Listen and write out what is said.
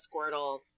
Squirtle